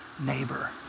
neighbor